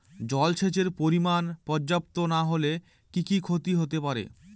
জলসেচের পরিমাণ পর্যাপ্ত না হলে কি কি ক্ষতি হতে পারে?